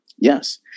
Yes